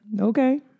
okay